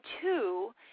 two